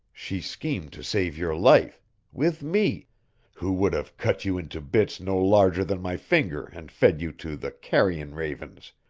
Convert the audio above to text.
she schemed to save your life with me who would have cut you into bits no larger than my finger and fed you to the carrion ravens,